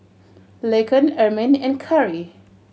Laken Ermine and Cari